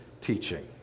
teaching